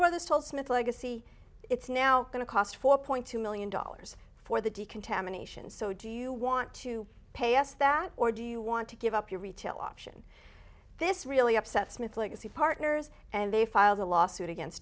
brothers told smith legacy it's now going to cost four point two million dollars for the decontamination so do you want to pay us that or do you want to give up your retail option this really upsets me its legacy partners and they filed a lawsuit against